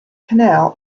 canal